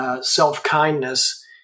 self-kindness